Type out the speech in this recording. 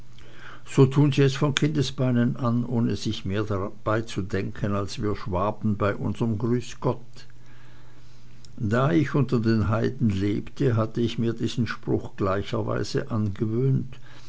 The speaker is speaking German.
so tun sie von kindesbeinen an ohne sich mehr dabei zu denken als wir schwaben bei unser grüß gott da ich unter den heiden lebte hatte ich mir diesen spruch gleicherweise angewöhnt